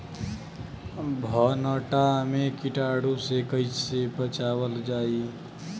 भनटा मे कीटाणु से कईसे बचावल जाई?